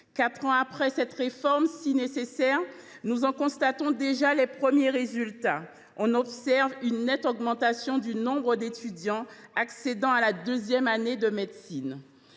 Quatre ans après cette réforme si nécessaire, nous en constatons déjà les premiers résultats. On observe une nette augmentation du nombre d’étudiants accédant à la deuxième année de médecine.